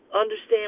Understand